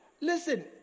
listen